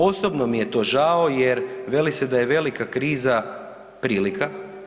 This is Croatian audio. Osobno mi je to žao jer veli se da je velika kriza prilika.